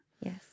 Yes